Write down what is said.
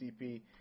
CP